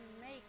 make